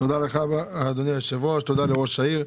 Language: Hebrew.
תודה לך, אדוני היושב-ראש, תודה לראש העיר.